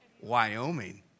Wyoming